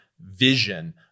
vision